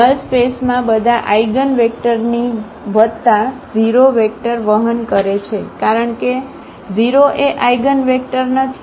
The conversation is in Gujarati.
નલ સ્પેસમાં બધા આઇગનવેક્ટર વત્તા 0 વેક્ટર વહન કરે છે કારણ કે 0 એ આઇગનવેક્ટર નથી